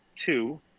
Two